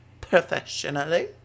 professionally